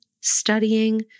studying